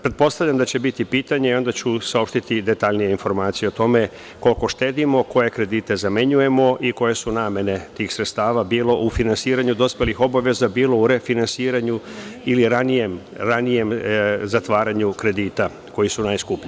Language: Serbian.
Pretpostavljam da će biti pitanja i onda ću saopštiti detaljnije informacije o tome koliko štedimo, koje kredite zamenjujemo i koje su namene tih sredstava, bilo u finansiranju dospelih obaveza, bilo u refinansiranju ili ranijem zatvaranju kredita koji su najskuplji.